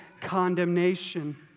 condemnation